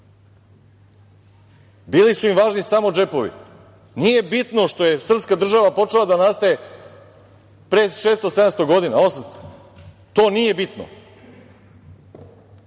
Bili su im važni samo džepovi, nije bitno što je srpska država počela da nastaje pre 600, 700, 800 godina, to nije bitno.